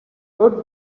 good